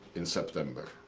in september.